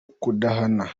kudahana